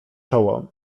czoło